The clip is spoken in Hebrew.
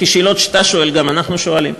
כי שאלות שאתה שואל גם אנחנו שואלים.